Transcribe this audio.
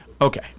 Okay